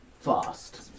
fast